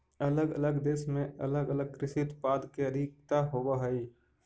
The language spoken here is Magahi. अलग अलग देश में अलग अलग कृषि उत्पाद के अधिकता होवऽ हई